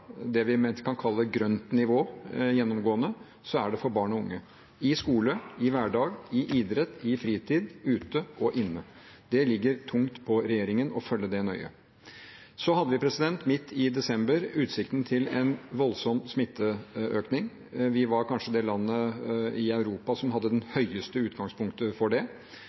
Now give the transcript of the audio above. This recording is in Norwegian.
det vi kan kalle gjennomgående grønt nivå, så er det for barn og unge – i skole, i hverdag, i idrett, i fritid, ute og inne. Det ligger tungt på regjeringen å følge det nøye. Vi hadde midt i desember utsikten til en voldsom smitteøkning. Vi var kanskje det landet i Europa som hadde det høyeste utgangspunktet for det.